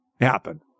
happen